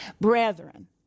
Brethren